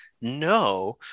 No